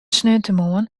sneontemoarn